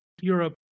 Europe